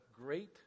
great